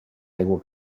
aigua